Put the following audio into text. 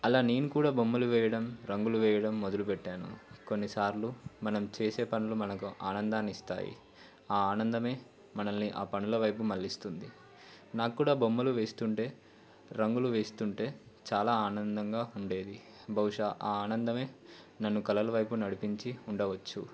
అలా నేను కూడా బొమ్మలు వేయడం రంగులు వేయడం మొదలుపెట్టాను కొన్నిసార్లు మనం చేసే పనులు మనకు ఆనందాన్ని ఇస్తాయి ఆ ఆనందమే మనల్ని ఆ పనుల వైపు మళ్ళిస్తుంది నాకు కూడా బొమ్మలు వేస్తుంటే రంగులు వేస్తుంటే చాలా ఆనందంగా ఉండేది బహుశా ఆ ఆనందమే నన్ను కలల వైపు నడిపించి ఉండవచ్చు